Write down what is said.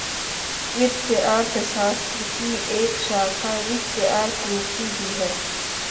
वित्तीय अर्थशास्त्र की एक शाखा वित्तीय अर्थमिति भी है